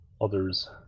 others